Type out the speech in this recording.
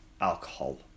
alcohol